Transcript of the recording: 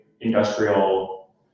industrial